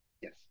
Yes